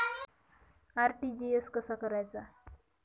RTGS कसा करायचा?